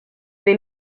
they